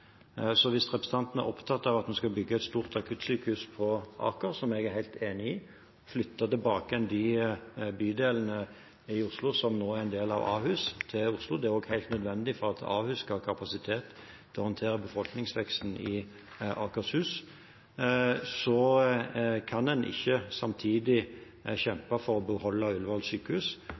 Hvis representanten er opptatt av at vi skal bygge et stort akuttsykehus på Aker, som jeg er helt enig i, og flytte tilbake igjen til Oslo de bydelene i Oslo som nå sokner til Ahus – det er også helt nødvendig for at Ahus skal ha kapasitet til å håndtere befolkningsveksten i Akershus – kan en ikke samtidig kjempe for å beholde Ullevål sykehus.